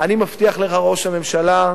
אני מבטיח לך, ראש הממשלה,